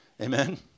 Amen